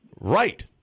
Right